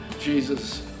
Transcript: Jesus